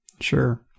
Sure